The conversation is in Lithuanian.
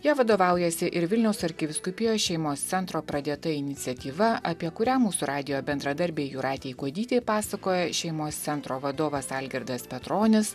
ja vadovaujasi ir vilniaus arkivyskupijos šeimos centro pradėta iniciatyva apie kurią mūsų radijo bendradarbei jūratei kuodytei pasakojo šeimos centro vadovas algirdas petronis